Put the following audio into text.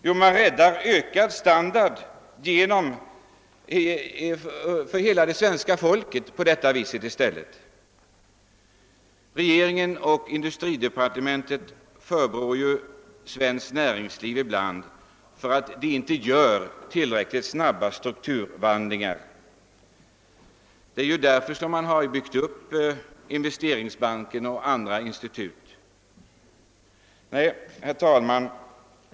Jo, man räddar en ökad standard för hela det svenska folket. Regeringen och industridepartementet förebrår ju ibland svenskt näringsliv att det inte gör tillräckligt snabba strukturomvandlingar. Det är därför man byggt upp Investeringsbanken och andra institut.